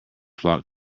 flock